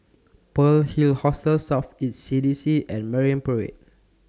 Pearl's Hill Hostel South East C D C and Marine Parade